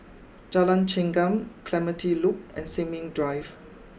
Jalan Chengam Clementi Loop and Sin Ming Drive